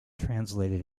translated